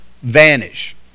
vanish